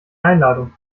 einladung